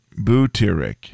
butyric